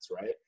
right